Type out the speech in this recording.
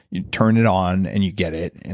you turn it on and you get it.